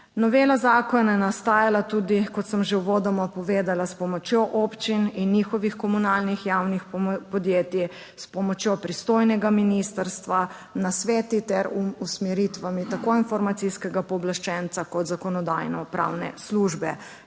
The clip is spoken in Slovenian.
Novela zakona je nastajala tudi, kot sem že uvodoma povedala, s pomočjo občin in njihovih komunalnih javnih podjetij, s pomočjo pristojnega ministrstva. nasveti ter usmeritvami tako informacijskega pooblaščenca kot Zakonodajno-pravne službe.